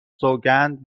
سوگند